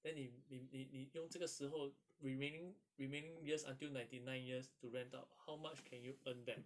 then 你你你你用这个时候 remaining remaining years until ninety nine years to rent out how much can you earn back